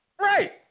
Right